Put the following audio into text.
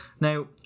Now